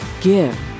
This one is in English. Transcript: GIVE